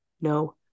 no